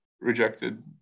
rejected